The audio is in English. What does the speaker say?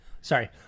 Sorry